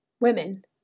Women